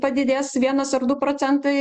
padidės vienas ar du procentai